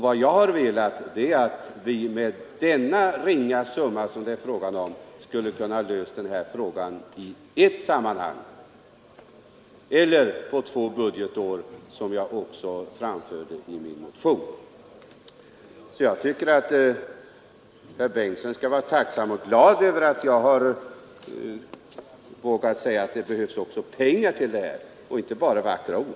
Vad jag har velat är att vi med denna ringa summa som det är fråga om skall kunna lösa den här frågan i ett sammanhang — eller på två budgetår, som jag också framhöll i min motion. Så jag tycker att herr Bengtsson skall vara tacksam och glad över att jag har vågat säga att det också behövs pengar till det här och inte bara vackra ord.